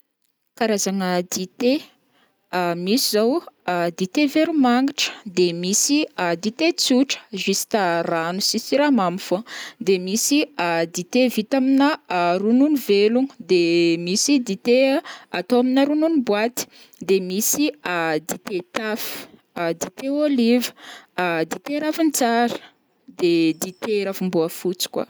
Karazagna dite, misy zao o dite veromangitra, de misy dite tsotra juste rano sy siramamy fogna, de misy dite vita amina ronono velogno, de misy dite a atao amina ronono boîty, de misy dite taf, dite olive, dite ravintsara de dite ravimboafotsy koa.